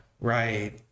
Right